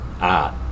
art